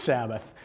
Sabbath